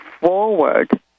forward